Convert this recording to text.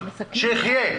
שיחיה,